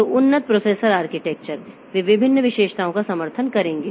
तो उन्नत processor architecture वे विभिन्न विशेषताओं का समर्थन करेंगे